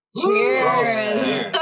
Cheers